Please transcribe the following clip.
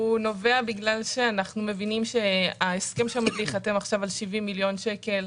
הוא נובע מכך שאנחנו מבינים שההסכם שעומד להיחתם על 70 מיליון שקל,